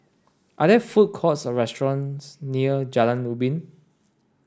are there food courts or restaurants near Jalan Ubin